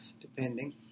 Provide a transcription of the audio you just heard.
depending